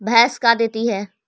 भैंस का देती है?